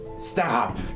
Stop